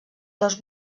dos